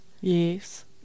Yes